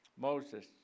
Moses